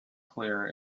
clear